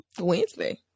Wednesday